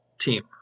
team